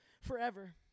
forever